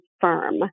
firm